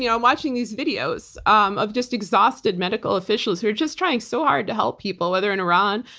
you know i'm watching these videos um of just exhausted medical officials who are just trying so hard to help people, whether in iran,